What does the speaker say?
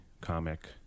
comic